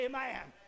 Amen